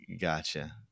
Gotcha